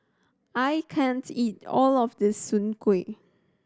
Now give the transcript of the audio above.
I can't eat all of this Soon Kuih